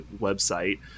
website